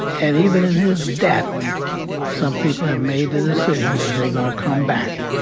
and even in his death some people have made the decision that they're gonna come back.